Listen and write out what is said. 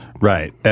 right